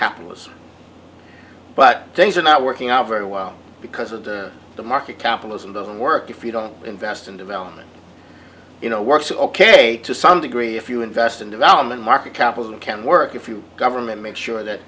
capitalism but things are not working out very well because of the market capitalism doesn't work if you don't invest in development you know works ok to some degree if you invest in development market cap and can work if you government make sure that